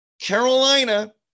Carolina